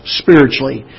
spiritually